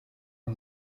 uwo